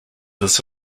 his